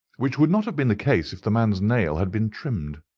which would not have been the case if the man's nail had been trimmed.